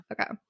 Okay